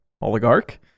oligarch